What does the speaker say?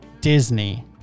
Disney